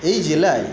এই জেলায়